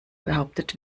behauptet